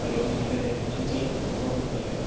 hello നിങ്ങളുടെ Anchal food പ്രൊഡക്ടല്ലേ